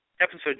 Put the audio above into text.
Episode